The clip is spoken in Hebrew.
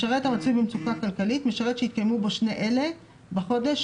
"משרת המצוי במצוקה כלכלית" משרת שהתקיימו בו שני אלה בחודש